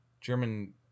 German